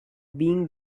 being